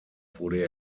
wurde